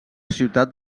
ciutat